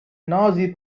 nazi